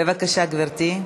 בבקשה, גברתי,